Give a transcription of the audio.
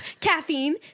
Caffeine